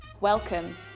Welcome